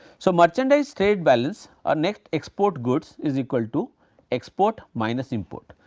so, merchandise trade balance or net export goods is equal to export minus import.